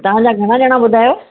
तव्हां जा घणा ॼणा ॿुधायव